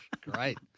Great